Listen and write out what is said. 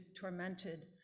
tormented